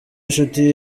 inshuti